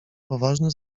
poważne